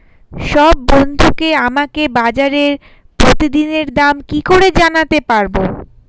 সব বন্ধুকে আমাকে বাজারের প্রতিদিনের দাম কি করে জানাতে পারবো?